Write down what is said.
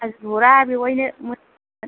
गाज्रिखौ हरा बेवाइनो